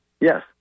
Yes